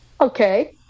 Okay